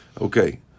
Okay